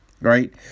right